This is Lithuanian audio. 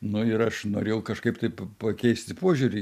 nu ir aš norėjau kažkaip tai pakeisti požiūrį